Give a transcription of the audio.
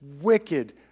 wicked